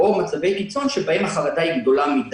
חרדה.